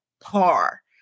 par